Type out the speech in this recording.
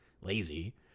lazy